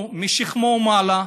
הוא משכמו ומעלה,